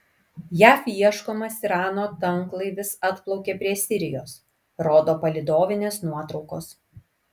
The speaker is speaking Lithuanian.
jav ieškomas irano tanklaivis atplaukė prie sirijos rodo palydovinės nuotraukos